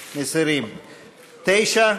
8,